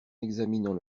examinant